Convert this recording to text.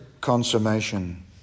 consummation